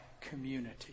community